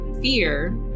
Fear